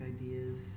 ideas